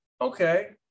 Okay